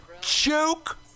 Joke